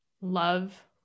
love